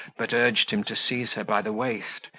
but urged him to seize her by the waist,